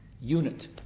unit